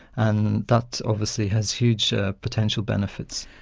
and that obviously has huge ah potential benefits.